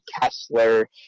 Kessler